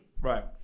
Right